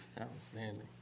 Outstanding